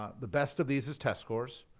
ah the best of these is test scores.